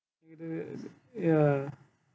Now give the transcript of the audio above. either ya